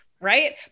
right